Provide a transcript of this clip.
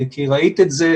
כי ראית את זה,